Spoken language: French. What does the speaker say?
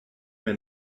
mais